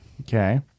okay